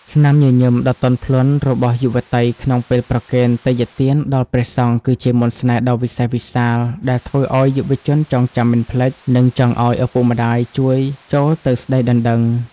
ស្នាមញញឹមដ៏ទន់ភ្លន់របស់យុវតីក្នុងពេលប្រគេនទេយ្យទានដល់ព្រះសង្ឃ គឺជាមន្តស្នេហ៍ដ៏វិសេសវិសាល ដែលធ្វើឱ្យយុវជនចងចាំមិនភ្លេច និងចង់ឱ្យឪពុកម្ដាយជួយចូលទៅស្ដីដណ្ដឹង។